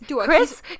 chris